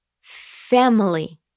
family